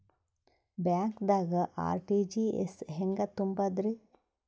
ಬ್ಯಾಂಕ್ದಾಗ ಆರ್.ಟಿ.ಜಿ.ಎಸ್ ಹೆಂಗ್ ತುಂಬಧ್ರಿ?